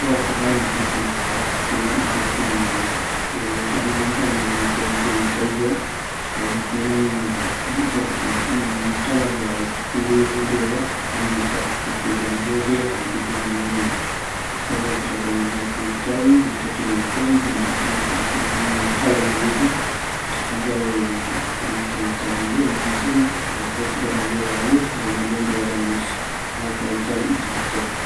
Kuako jae mopetɨ tembiporu ikavi gueva, jare jukuraï yambo instala yave luz jendi vaera, oime kuape pɨpe yamboendɨ, jare pɨpe yambogue, oajaete ikavi jare yaikatu reve kavi yambo instala yande yeɨpe, jukurai yambogue jare yamboendɨ vaera luz